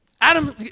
Adam